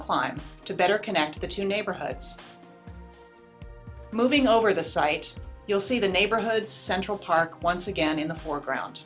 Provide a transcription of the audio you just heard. climb to better connect the two neighborhoods moving over the site you'll see the neighborhood central park once again in the foreground